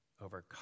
over